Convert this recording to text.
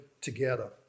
together